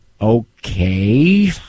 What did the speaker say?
Okay